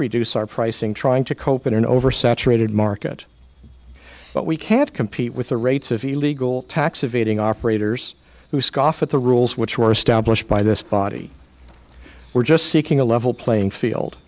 reduce our pricing trying to cope in an over saturated market but we can't compete with the rates of illegal tax evading operators who scoff at the rules which were established by this body we're just seeking a level playing field